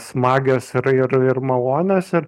smagios ir ir ir malonios ir